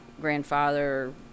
grandfather